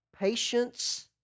patience